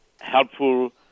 helpful